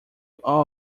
all